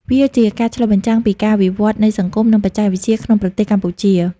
វាជាការឆ្លុះបញ្ចាំងពីការវិវឌ្ឍន៍នៃសង្គម និងបច្ចេកវិទ្យាក្នុងប្រទេសកម្ពុជា។